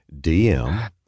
DM